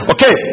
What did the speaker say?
Okay